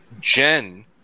Jen